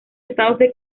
estados